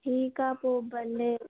ठीकु आहे पोइ भले